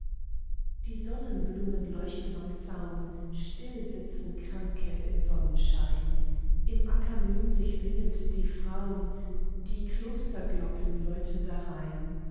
die sonnenblumen leuchten am zaun still sitzen kranke im sonnenschein im acker mühn sich singend die frau'n die klosterglocken läuten darein